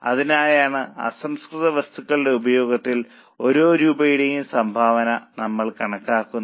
അതിനായാണ് അസംസ്കൃത വസ്തുക്കളുടെ ഉപഭോഗത്തിൽ ഓരോ രൂപയുടെയും സംഭാവന നമ്മൾ കണക്കാക്കുന്നത്